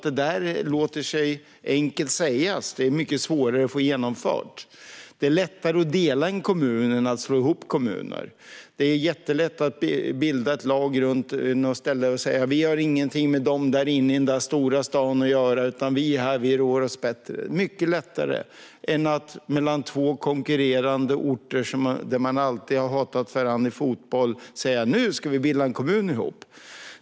Detta låter sig enkelt sägas. Det är mycket svårare att få genomfört. Det är lättare att dela en kommun än att slå ihop kommuner. Det är jättelätt att bilda ett lag runt något ställe och säga: Vi har ingenting med dem därinne i den där stora staden att göra. Vi rår oss bättre själva. Det är mycket lättare än att mellan två konkurrerande orter, där man alltid har hatat varandra i fotboll, säga: Nu ska vi bilda en kommun ihop.